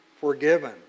forgiven